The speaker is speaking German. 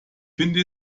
finde